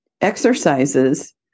exercises